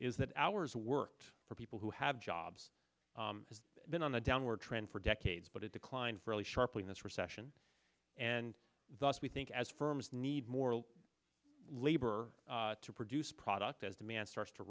is that hours worked for people who have jobs has been on a downward trend for decades but it declined fairly sharply in this recession and thus we think as firms need more labor to produce product as the man starts to